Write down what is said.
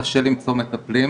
קשה למצוא מטפלים,